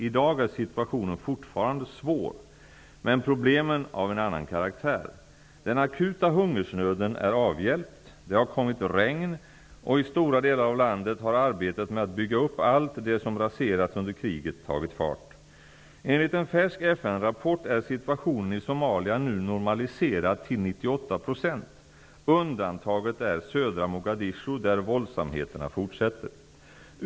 I dag är situationen fortfarande svår, men problemen av en annan karaktär. Den akuta hungersnöden är avhjälpt. Det har kommit regn, och i stora delar av landet har arbetet med att byggga upp allt det som raserats under kriget tagit fart. Enligt en färsk FN-rapport är situationen i Somalia nu normaliserad till 98 %. Undantaget är södra Mogadishu, där våldsamheterna fortsätter.